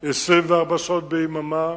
24 שעות ביממה,